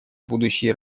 будущей